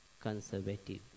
conservative